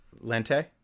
lente